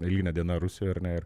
eilinė diena rusijoj ar ne ir